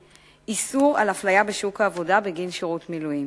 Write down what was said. איסור אפליה בשוק העבודה בגין שירות מילואים.